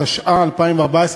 התשע"ה 2014,